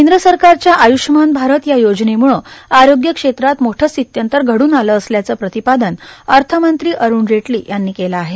केंद्र सरकारच्या आय्ष्यमान भारत या योजनेम्ळं आरोग्यक्षेत्रात मोठं स्थित्यंतर घड़न आलं असल्यांच प्रतिपादन अर्थमंत्री अरूण जेटली यांनी केलं आहे